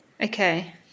okay